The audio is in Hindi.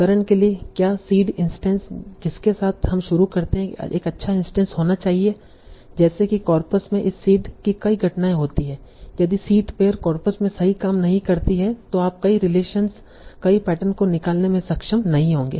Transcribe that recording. उदाहरण के लिए क्या सीड इंस्टैंस जिसके साथ हम शुरू करते हैं एक अच्छा इंस्टैंस होना चाहिए जैसे कि कॉर्पस में इस सीड की कई घटनाएं होती हैं यदि सीड पेअर कॉर्पस में सही काम नहीं करती है तो आप कई रिलेशनस कई पैटर्न को निकालने में सक्षम नहीं होंगे